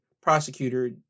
Prosecutor